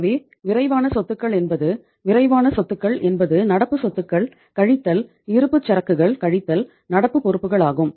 எனவே விரைவான சொத்துகள் என்பது விரைவான சொத்துகள் என்பது நடப்பு சொத்துக்கள் கழித்தல் இருப்புச்சரக்குகள் கழித்தல் நடப்பு பொறுப்புகளாகும்